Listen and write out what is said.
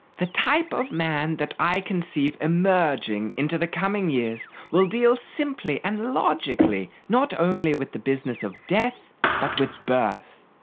the type of man that i conceive emerging into the coming years will deal simply and logically not only with the business of death but with birth.